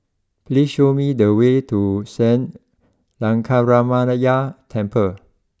please show me the way to Sri Lankaramaya Temple